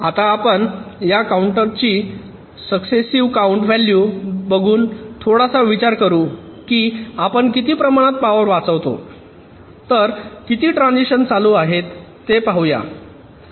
आता आपण या काउंटची सक्सेसिव्ह काउंट व्हॅलू बघून थोडासा विचार करू की आपण किती प्रमाणात पावर वाचवतो तर किती ट्रांझिशन्स चालू आहेत ते पाहू या